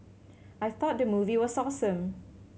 I thought the movie was awesome